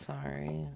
Sorry